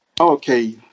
Okay